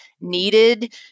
needed